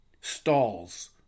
stalls